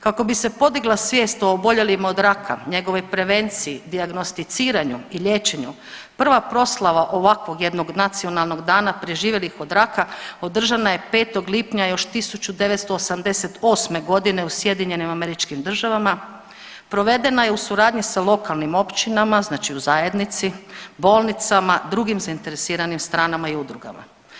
Kako bi se podigla svijest o oboljelim od raka, njegovoj prevenciji, dijagnosticiranju i liječenju prva proslava ovakvog jednog nacionalnog plana preživjelih od raka održana je 5. lipanja još 1988.g. u SAD-u, provedena je u suradnji sa lokalnim općinama, znači u zajednici, bolnicama, drugim zainteresiranim stranama i udrugama.